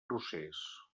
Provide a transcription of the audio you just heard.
procés